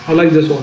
ah like this